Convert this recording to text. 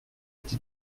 die